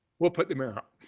will put the mayor up.